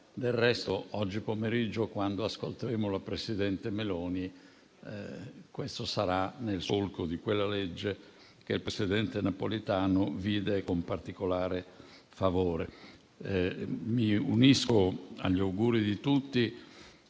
del resto oggi pomeriggio, quando ascolteremo la presidente Meloni, questo sarà nel solco di quella legge che il presidente Napolitano vide con particolare favore. Mi unisco agli auguri di tutti